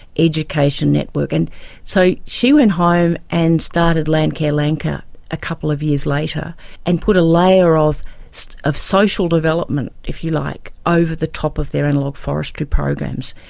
education network. and so she went home and started landcare lanka a couple of years later and put a layer of so of social development, if you like, over the top of their analogue forestry programs.